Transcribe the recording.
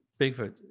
Bigfoot